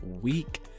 week